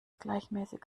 gleichmäßig